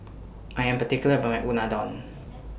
I Am particular about My Unadon